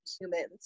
humans